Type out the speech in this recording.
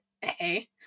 hey